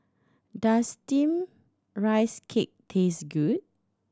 does Steamed Rice Cake taste good